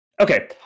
okay